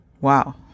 wow